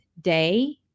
day